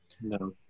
No